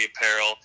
apparel